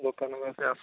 ଦୋକାନକୁ ଆଜି ଆସ